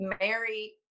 Mary